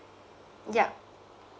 yup